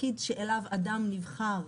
התפקיד שאליו אדם נבחר